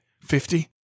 Fifty